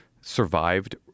survived